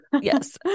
Yes